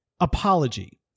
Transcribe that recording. apology